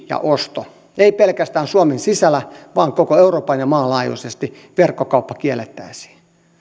ja oston ei pelkästään suomen sisällä vaan koko euroopan ja maan laajuisesti verkkokauppa kiellettäisiin